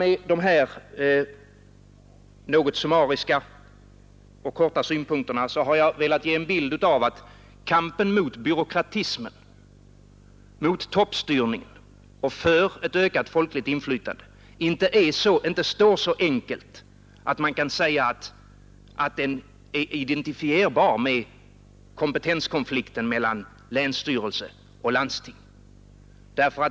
Med de här något summariska synpunkterna har jag velat ge en bild av att kampen mot byråkratismen, mot toppstyrningen och för ett ökat folkligt inflytande inte är så enkelt att man kan säga att den är identifierbar med kompetenskonflikten mellan länsstyrelse och landsting.